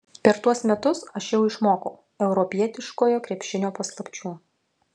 per tuos metus aš jau išmokau europietiškojo krepšinio paslapčių